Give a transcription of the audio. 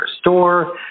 store